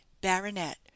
Baronet